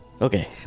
Okay